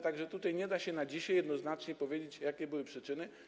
Tak że tutaj nie da się na dzisiaj jednoznacznie powiedzieć, jakie były przyczyny.